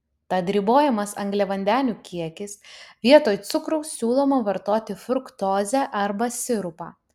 tad ribojamas angliavandenių kiekis vietoj cukraus siūloma vartoti fruktozę arba sirupą